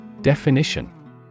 Definition